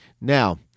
Now